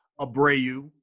Abreu